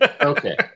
Okay